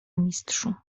mistrzu